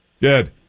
good